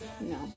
no